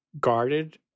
guarded